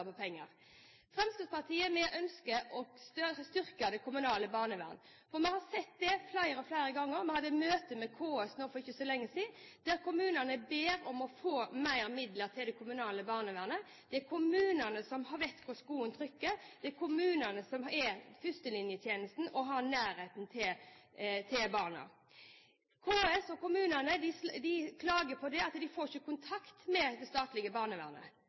på å flytte på penger og å kutte på penger. Fremskrittspartiet ønsker å styrke det kommunale barnevernet. For vi har sett flere ganger – vi hadde møte med KS for ikke så lenge siden – at kommunene ber om å få mer midler til det kommunale barnevernet. Det er kommunene som vet hvor skoen trykker, det er kommunene som er førstelinjetjenesten og har nærhet til barna. KS og kommunene klager over at de ikke får kontakt med det statlige barnevernet,